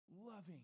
loving